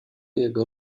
jego